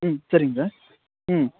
ம் சரிங்க சார் ம்